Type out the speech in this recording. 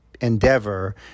endeavor